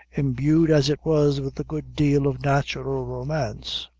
imbued as it was with a good deal of natural romance.